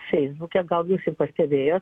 feisbuke gal jūs ir pastebėjot